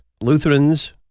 Lutherans